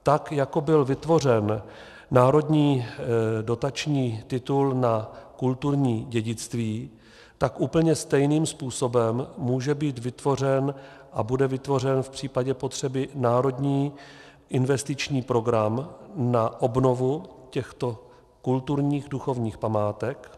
Tak jako byl vytvořen národní dotační titul na kulturní dědictví, tak úplně stejným způsobem může být vytvořen a bude vytvořen v případě potřeby národní investiční program na obnovu těchto kulturních duchovních památek.